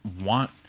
want